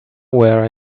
where